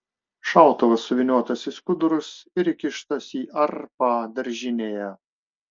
šautuvas suvyniotas į skudurus ir įkištas į arpą daržinėje